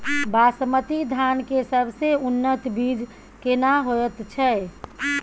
बासमती धान के सबसे उन्नत बीज केना होयत छै?